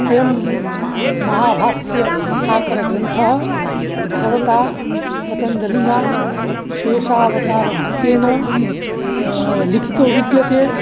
अयं महाभाष्यम् आकरग्रन्थः भगवता पतञ्जलिना शेषावतारभूतेन लिखितो विद्यते